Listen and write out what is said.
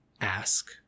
ask